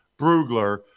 Brugler